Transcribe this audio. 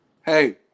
Hey